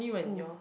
who